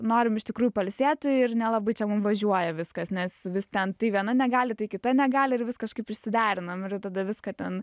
norim iš tikrųjų pailsėti ir nelabai čia mum važiuoja viskas nes vis ten tai viena negali tai kita negali ir vis kažkaip prisiderinam ir tada jau viską ten